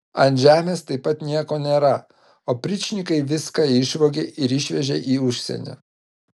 ant žemės taip pat nieko nėra opričnikai viską išvogė ar išvežė į užsienį